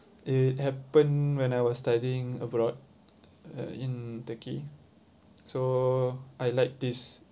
it happened when I was studying abroad uh in turkey so I like this